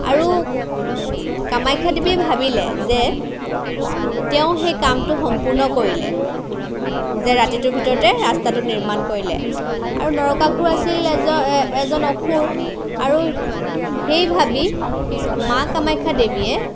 আৰু কামাখ্যাদেৱীয়ে ভাবিলে যে তেওঁ সেই কামটো সম্পূৰ্ণ কৰিলে যে ৰাতিটোৰ ভিতৰতে ৰাস্তাটো নিৰ্মাণ কৰিলে আৰু নৰকাসুৰ আছিল এজন অসুৰ আৰু সেই ভাবি মা কামাখ্যা দেৱীয়ে